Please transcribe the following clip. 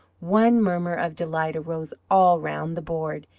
one murmur of delight arose all round the board,